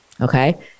Okay